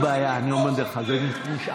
אז אני אהיה מוכן להתחשב בזה.